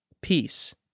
peace